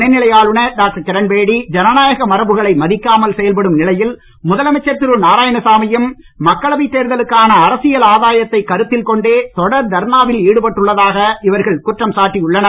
துணை நிலை ஆளுநர் டாக்டர் கிரண்பேடி ஜனநாயக மரபுகளை மதிக்காமல் செயல்படும் நிலையில் முதலமைச்சர் திரு நாராயணசாமியும் மக்களவை தேர்தலுக்கான அரசியல் ஆதாயத்தை கருத்தில் கொண்டே தொடர் தர்ணாவில் ஈடுபட்டுள்ளதாக இவர்கள் குற்றம் சாட்டி உள்ளனர்